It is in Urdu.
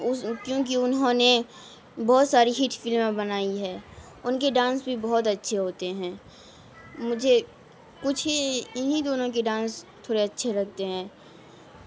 اس کیونکہ انہوں نے بہت ساری ہٹ فلمیں بنائی ہے ان کے ڈانس بھی بہت اچھے ہوتے ہیں مجھے کچھ ہی انہیں دونوں کے ڈانس تھوڑے اچھے لگتے ہیں